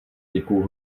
jakou